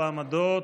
בעמדות,